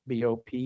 BOP